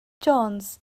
jones